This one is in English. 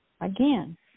again